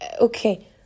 Okay